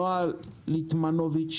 נעה ליטמנוביץ',